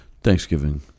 Thanksgiving